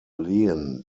lehen